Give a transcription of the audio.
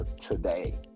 today